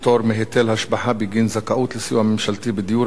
פטור מהיטל השבחה בגין זכאות לסיוע ממשלתי בדיור),